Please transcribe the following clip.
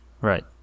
right